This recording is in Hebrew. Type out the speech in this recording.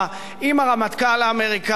עם הרמטכ"ל האמריקני,